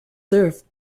served